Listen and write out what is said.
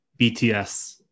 BTS